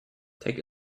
take